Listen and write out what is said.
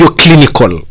clinical